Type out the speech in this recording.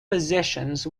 positions